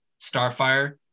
Starfire